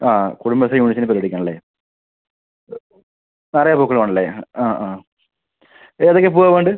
ആ കുടുംബശ്രീ യൂണിറ്റില് പരിപാടിക്ക് ആണല്ലെ നിറയെ പൂക്കള് വേണമല്ലേ ആ ആ ഏതൊക്കെ പൂവാണ് വേണ്ടത്